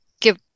give